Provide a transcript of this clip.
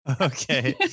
Okay